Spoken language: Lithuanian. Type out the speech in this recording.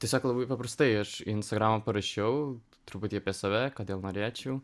tiesiog labai paprastai aš į instagramą parašiau truputį apie save kodėl norėčiau